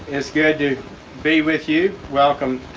it's good to be with you. welcome